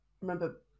remember